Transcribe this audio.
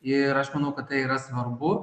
ir aš manau kad tai yra svarbu